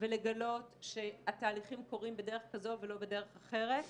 ולגלות שהתהליכים קורים בדרך כזו ולא בדרך אחרת,